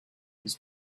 his